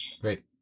Great